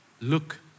look